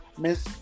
Miss